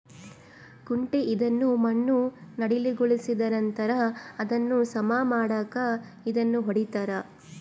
ಕುಂಟೆ ಇದನ್ನು ಮಣ್ಣು ಸಡಿಲಗೊಳಿಸಿದನಂತರ ಅದನ್ನು ಸಮ ಮಾಡಾಕ ಇದನ್ನು ಹೊಡಿತಾರ